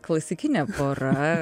klasikinė pora